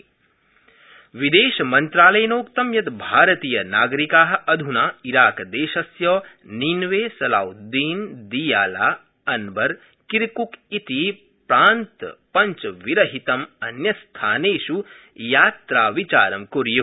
विदेशमन्त्रालय विदेशमन्त्रालयेनोक्तं यत् भारतीयनागरिका अधुना इराकदेशस्य Nineveh Salahuddin Diyala Anbar Kirkuk इति प्रान्तपञ्चविरहितं अन्यस्थानेष् यात्राविचार कुर्यू